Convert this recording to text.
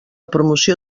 promoció